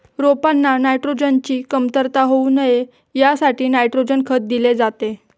रोपांना नायट्रोजनची कमतरता होऊ नये यासाठी नायट्रोजन खत दिले जाते